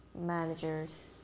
managers